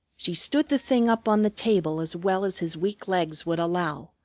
she stood the thing up on the table as well as his weak legs would allow,